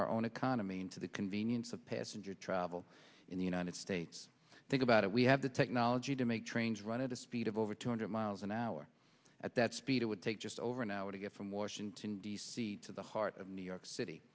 our own economy and to the convenience of passenger travel in the united states think about it we have the technology to make trains run at a speed of over two hundred miles an hour at that speed it would take just over an hour to get from washington d c to the heart of new york city